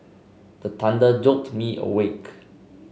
the thunder jolt me awake